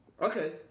okay